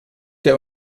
der